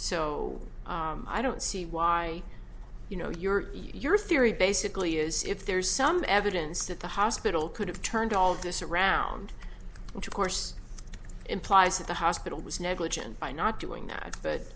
so i don't see why you know your your theory basically is if there's some evidence that the hospital could have turned all of this around which of course implies that the hospital was negligent by not doing that but